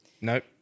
Nope